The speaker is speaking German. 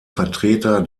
vertreter